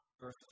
verse